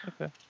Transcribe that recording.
Okay